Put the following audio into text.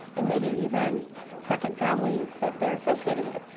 and maybe even second families that they're associated with.